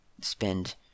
spend